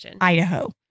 Idaho